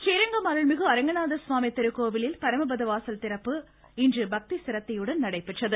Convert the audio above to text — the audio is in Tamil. றீரங்கம் அருள்மிகு அரங்கநாதர் சுவாமி திருக்கோவிலில் பரமபதவாசல் திறப்பு இன்று பக்தி சிரத்தையுடன் நடைபெற்றது